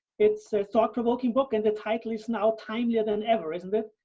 it's a thought provoking book and the title is now timelier than ever, isn't it?